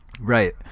Right